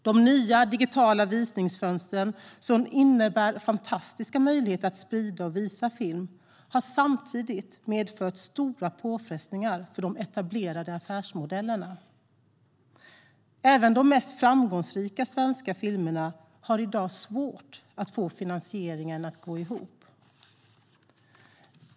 De nya digitala visningsfönstren, som innebär fantastiska möjligheter att sprida och visa film, har samtidigt medfört stora påfrestningar för de etablerade affärsmodellerna. Även de mest framgångsrika svenska filmerna har i dag svårt att få finansieringen att gå ihop.